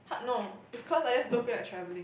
ha~ no it's cause I just don't feel like travelling